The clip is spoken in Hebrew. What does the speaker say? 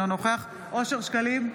אינו נוכח אושר שקלים,